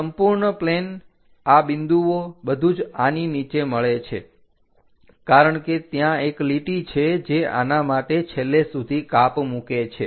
આ સંપૂર્ણ પ્લેન આ બિંદુઓ બધું જ આની નીચે મળે છે કારણ કે ત્યાં એક લીટી છે જે આના માટે છેલ્લે સુધી કાપ મૂકે છે